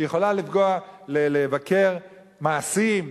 היא יכולה לבקר מעשים,